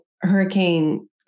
Hurricane